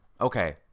okay